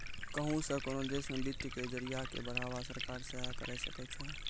कहुं से कोनो देशो मे वित्त के जरिया के बढ़ावा सरकार सेहे करे सकै छै